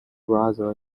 brother